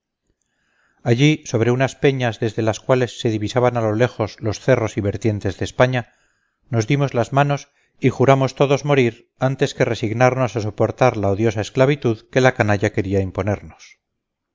allí sobre unas peñas desde las cuales se divisaban a lo lejos los cerros y vertientes de españa nos dimos las manos y juramos todos morir antes que resignarnos a soportar la odiosa esclavitud que la canalla quería imponernos